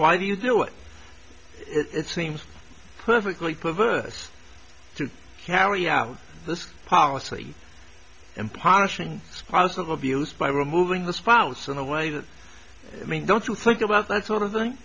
why do you do it it's seems perfectly perverse to carry out this policy impoverishing sponsor of abuse by removing the spouse in a way that i mean don't you think about that sort of thing